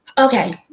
Okay